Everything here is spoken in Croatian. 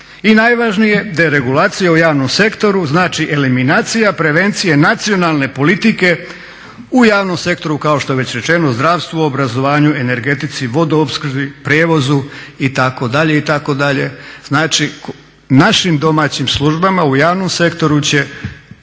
I najvažnije deregulacija u javnom sektoru znači eliminacija prevencije nacionalne politike u javnom sektoru kao što je već rečeno zdravstvu, obrazovanju, energetici, vodoopskrbi, prijevozu itd. itd. Znači našim domaćim službama u javnom sektoru će